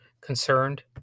concerned